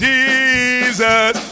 Jesus